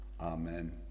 Amen